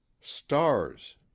Stars